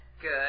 Good